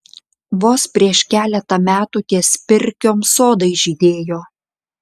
vos prieš keletą metų ties pirkiom sodai žydėjo